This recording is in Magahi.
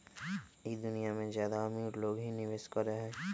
ई दुनिया में ज्यादा अमीर लोग ही निवेस काहे करई?